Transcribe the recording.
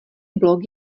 blok